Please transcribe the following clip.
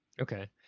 Okay